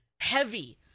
heavy